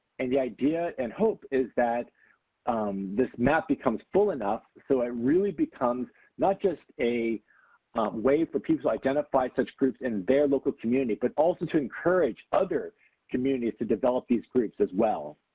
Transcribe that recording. and the idea and hope is that this map becomes full enough so it really becomes not just a way for people to identify such groups in their local community but also to encourage other communities to develop these groups as well.